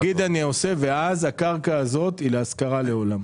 ואז הקרקע הזאת היא להשכרה לעולם.